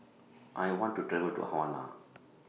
I want to travel to Havana